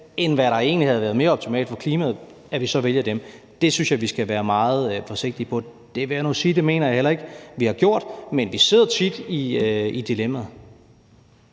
til, hvad der egentlig er mere optimalt for klimaet, så vælger dem. Det synes jeg vi skal være meget forsigtige med. Jeg vil nu sige, at det mener jeg heller ikke vi har gjort, men vi sidder tit i dilemmaet.